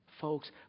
Folks